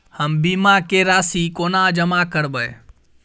हम बीमा केँ राशि कोना जमा करबै?